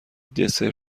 دسر